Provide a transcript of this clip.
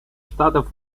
штатов